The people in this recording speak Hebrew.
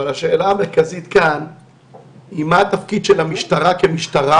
אבל השאלה המרכזית כאן היא מה התפקיד של המשטרה כמשטרה,